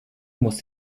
muss